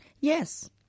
Yes